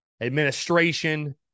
administration